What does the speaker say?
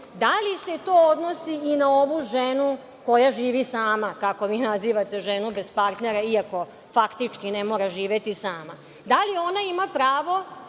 Da li se to odnosi i na ovu ženu koja živi sama, kako vi nazivate ženu bez partnera, iako faktički ne mora živeti sama? Da li ona ima pravo